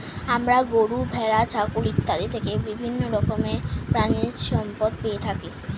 আমরা গরু, ভেড়া, ছাগল ইত্যাদি থেকে বিভিন্ন রকমের প্রাণীজ সম্পদ পেয়ে থাকি